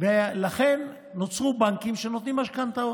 נוצרו בנקים שנותנים משכנתאות.